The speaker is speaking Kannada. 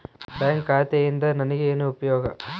ಬ್ಯಾಂಕ್ ಖಾತೆಯಿಂದ ನನಗೆ ಏನು ಉಪಯೋಗ?